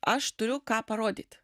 aš turiu ką parodyt